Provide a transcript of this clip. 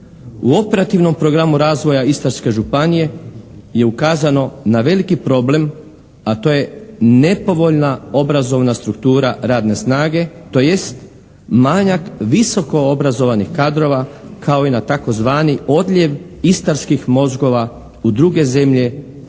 U operativnom programu razvoja Istarske županije je ukazano na veliki problem a to je nepovoljna obrazovna struktura radne snage tj. manjak visokoobrazovanih kadrova kao i na tzv. odljev istarskih mozgova u druge zemlje